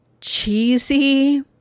cheesy